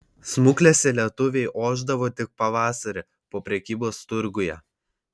smuklėse lietuviai ošdavo tik pavasarį po prekybos turguje